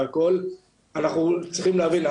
אנחנו צריכים להבין,